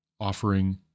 offering